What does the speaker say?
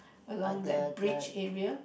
along that bridge area